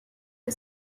que